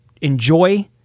enjoy